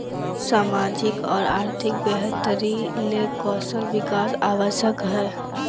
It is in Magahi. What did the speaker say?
सामाजिक और आर्थिक बेहतरी ले कौशल विकास आवश्यक हइ